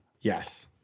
Yes